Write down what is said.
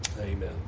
Amen